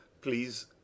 please